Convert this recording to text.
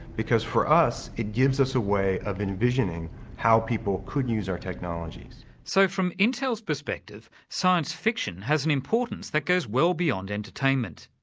because for us, it gives us a way of envisioning how people could use our technologies. so from intel's perspective, science fiction has an importance that goes well beyond entertainment.